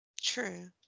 True